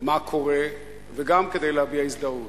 מה קורה וגם כדי להביע הזדהות.